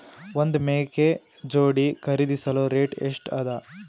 ಒಂದ್ ಮೇಕೆ ಜೋಡಿ ಖರಿದಿಸಲು ರೇಟ್ ಎಷ್ಟ ಅದ?